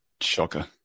shocker